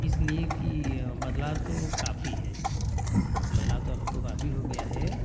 इसलिए की बदलाव तो काफ़ी है बदलाव तो अब तो काफ़ी हो गया है